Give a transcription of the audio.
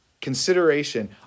consideration